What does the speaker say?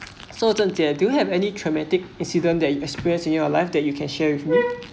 so zhen jie do you have any traumatic incident that you experience in your life that you can share with me